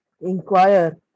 inquire